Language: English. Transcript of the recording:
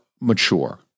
mature